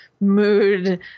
mood